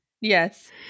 Yes